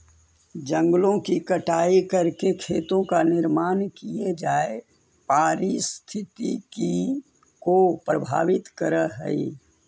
जंगलों की कटाई करके खेतों का निर्माण किये जाए पारिस्थितिकी को प्रभावित करअ हई